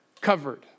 covered